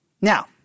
Now